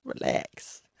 relax